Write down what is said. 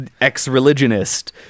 ex-religionist